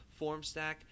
Formstack